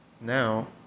now